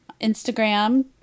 Instagram